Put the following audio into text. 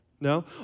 No